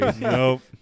Nope